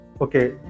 Okay